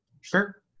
Sure